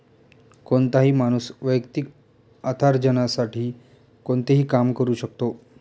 कोणताही माणूस वैयक्तिक अर्थार्जनासाठी कोणतेही काम करू शकतो